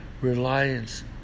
reliance